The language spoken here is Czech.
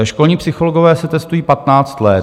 Školní psychologové se testují 15 let.